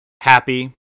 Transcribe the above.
happy